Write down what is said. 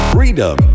Freedom